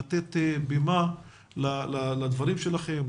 לתת במה לדברים שלכם,